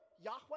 Yahweh